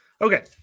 Okay